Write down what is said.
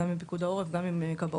גם עם פיקוד העורף, גם עם כבאות.